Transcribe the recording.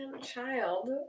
child